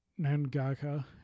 Nangaka